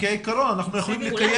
כעיקרון אנחנו יכולים לקיים